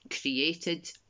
created